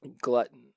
Glutton